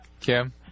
Kim